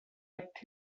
wit